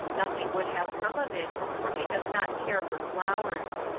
nothing would have come of it, for he does not care for flowers.